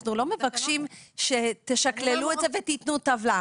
אנחנו לא מבקשים שתשכללו את זה ותתנו טבלה.